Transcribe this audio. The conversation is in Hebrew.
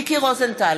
מיקי רוזנטל,